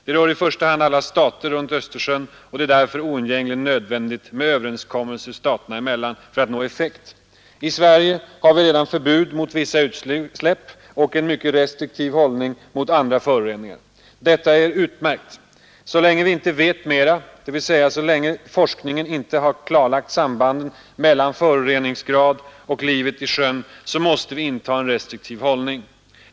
Det rör i första hand alla stater runt Östersjön, och det är därför oundgängligen nödvändigt med överenskommelser staterna emellan för att nå effekt. I Sverige har vi redan förbud mot vissa utsläpp och en mycket restriktiv hållning mot andra föroreningar. Detta är utmärkt. Så länge vi inte vet mera, dvs. så länge forskningen inte har klarlagt sambanden mellan föroreningsgrad och livet i Östersjön, måste vi inta en restriktiv hållning.